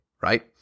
right